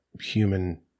human